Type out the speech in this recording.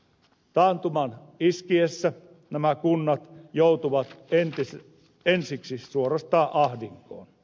taantuman iskiessä nämä kunnat joutuvat ensiksi suorastaan ahdinkoon